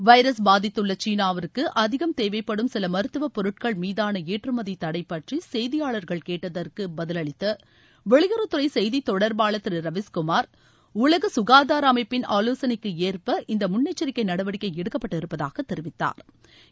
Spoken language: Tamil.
வைரஸ் பாதித்துள்ள சீனாவுக்கு அதிகம் தேவைப்படும் சில மருத்துவ பொருட்கள் மீதான ஏற்றுமதி தடை பற்றி செய்தியாளர்கள் கேட்டதற்கு பதிலளித்த வெளியுறவுத்துறை செய்தி தொடர்பாளர் திரு ரவிஸ்குமார் உலக சுகாதார அமைப்பின் ஆலோசனைக்கு ஏற்ப இந்த முன்னெச்சரிக்கை நடவடிக்கை எடுக்கப்பட்டிருப்பதாக தெரிவித்தாா்